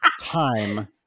time